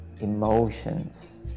emotions